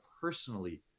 personally